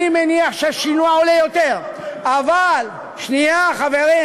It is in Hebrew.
אני מניח שהשינוע עולה יותר, אבל, למרכז תל-אביב.